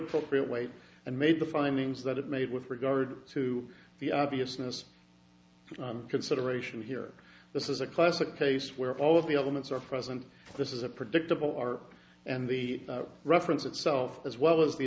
appropriate weight and made the findings that it made with regard to the obviousness consideration here this is a classic case where all of the elements are present this is a predictable r and the reference itself as well as the